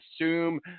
assume